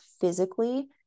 physically